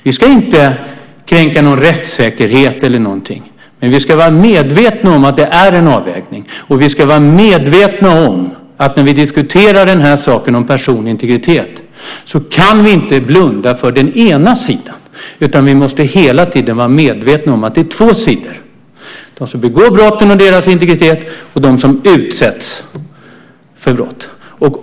Vi ska inte kränka någon rättssäkerhet eller liknande, men vi ska vara medvetna om att det är en avvägning. Och vi ska vara medvetna om att när vi diskuterar den här frågan om personlig integritet kan vi inte blunda för den ena sidan, utan vi måste hela tiden vara medvetna om att det är två sidor. Det är de som begår brotten och deras integritet, och det är de som utsätts för brott.